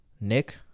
Nick